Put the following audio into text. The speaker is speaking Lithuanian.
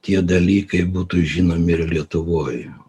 tie dalykai būtų žinomi ir lietuvoj